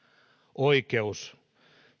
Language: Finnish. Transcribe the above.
oikeus